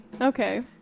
Okay